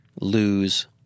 lose –